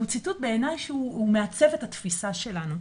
שהוא ציטוט שבעיני הוא מעצב את התפיסה שלנו: